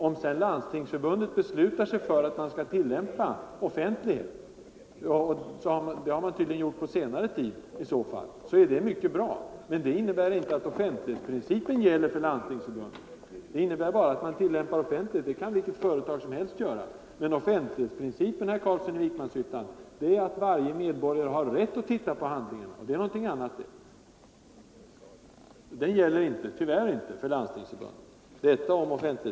Om sedan Landstingsförbundet beslutar sig för att tillämpa offentlighet — det har man i så fall gjort på senare tid — så är det mycket bra. Men det innebär inte att offentlighetsprincipen gäller för Landstingsförbundet. Det innebär bara att Landstingsförbundet tillämpar offentlighet. Det kan vilket företag som helst göra. Men offentlighetsprincipen, herr Carlsson i Vikmanshyttan, innebär att varje medborgare har rätt att titta på handlingarna, och det är någonting annat. Offentlighetsprincipen gäller, tyvärr, inte för Landstingsförbundet.